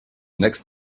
next